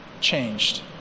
changed